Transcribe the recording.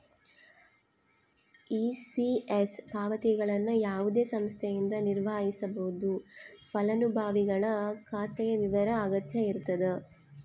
ECS ಪಾವತಿಗಳನ್ನು ಯಾವುದೇ ಸಂಸ್ಥೆಯಿಂದ ನಿರ್ವಹಿಸ್ಬೋದು ಫಲಾನುಭವಿಗಳ ಖಾತೆಯ ವಿವರ ಅಗತ್ಯ ಇರತದ